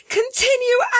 continue